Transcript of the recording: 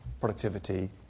productivity